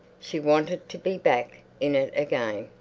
she wanted to be back in it again.